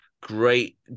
great